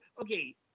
okay